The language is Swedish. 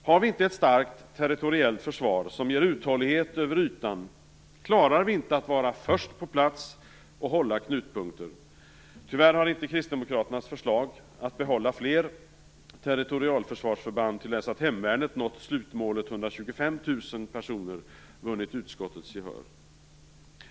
Har vi inte ett starkt territoriellt försvar som ger uthållighet över ytan, klarar vi inte att vara först på plats och hålla knutpunkter. Tyvärr har inte Kristdemokraternas förslag, att behålla fler territorialförsvarsförband till dess att hemvärnet nått slutmålet 125 000 personer, vunnit utskottets gehör.